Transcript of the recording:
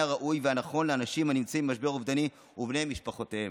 הראוי והנכון לאנשים הנמצאים במשבר אובדני ובני משפחותיהם.